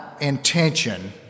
intention